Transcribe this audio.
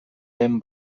den